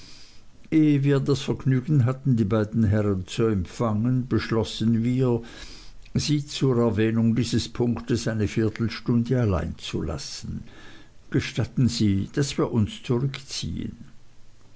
wir das vergnügen hatten die beiden herren zu empfangen beschlossen wir sie zur erwägung dieses punktes eine viertelstunde allein zu lassen gestatten sie daß wir uns zurückziehen